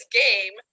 game